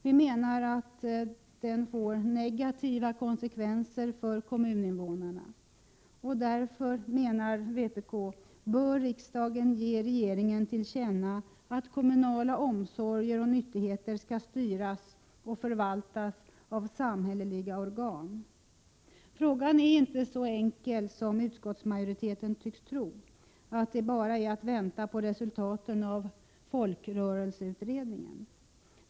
Vi menar att den får negativa konsekvenser för kommuninvånarna. Därför menar vpk att riksdagen bör ge regeringen till känna att kommunala omsorger och nyttigheter skall styras och förvaltas av samhälleliga organ. Frågan är inte så enkel som utskottsmajoriteten tycks tro, att det bara är att vänta på resultaten av folkrörelseutredningen.